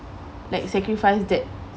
like sacrifice that